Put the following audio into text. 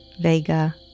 Vega